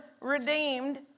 redeemed